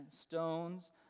Stones